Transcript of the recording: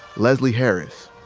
leslie harris,